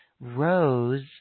Rose